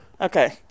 Okay